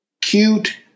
cute